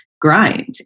grind